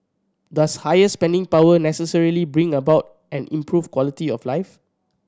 does higher spending power necessarily bring about an improved quality of life